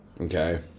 Okay